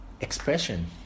Expression